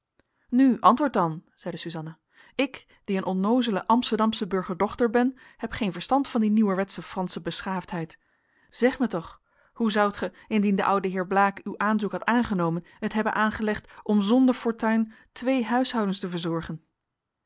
nu antwoord dan zeide suzanna ik die een onnoozele amsterdamsche burgerdochter ben heb geen verstand van die nieuwerwetsche fransche beschaafdheid zeg mij toch hoe zoudt gij indien de oude heer blaek uw aanzoek had aangenomen het hebben aangelegd om zonder fortuin twee huishoudens te verzorgen